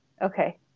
Okay